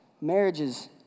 Marriages